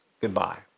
Goodbye